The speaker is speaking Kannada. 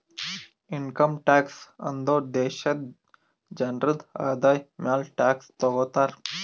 ಇನ್ಕಮ್ ಟ್ಯಾಕ್ಸ್ ಅಂದುರ್ ದೇಶಾದು ಜನ್ರುದು ಆದಾಯ ಮ್ಯಾಲ ಟ್ಯಾಕ್ಸ್ ತಗೊತಾರ್